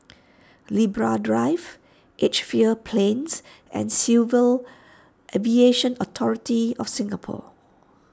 Libra Drive Edgefield Plains and Civil Aviation Authority of Singapore